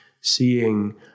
seeing